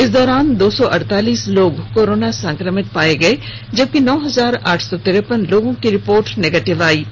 इस दौरान दो सौ अड़तालीस लोग कोरोना संक्रमित पाए गए जबकि नौ हजार आठ सौ तिरेपन लोगों की रिपोर्ट निगेटिव आई है